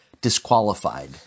disqualified